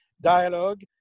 dialogue